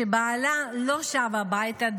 כשבעלה לא שב הביתה,